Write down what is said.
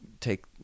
Take